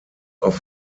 auf